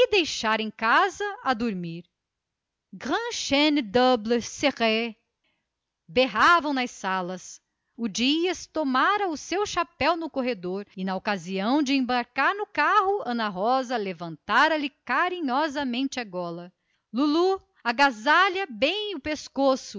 ficaram em casa a dormir grandchaine double serré berravam nas salas o dias tomara o seu chapéu no corredor e ao embarcar no carro que esperava pelos dois lá embaixo ana rosa levantara lhe carinhosamente a gola da casaca agasalha bem o pescoço